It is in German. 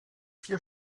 vier